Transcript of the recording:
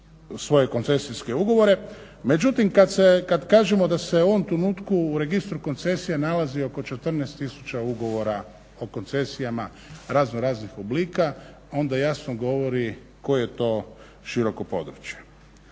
svoje koncesijske ugovore. Međutim kada se kada kažemo da se u ovom trenutku u registru koncesija nalazi oko 14 tisuća ugovora o koncesijama razno raznih oblika, onda jasno govori koje je to široko područje.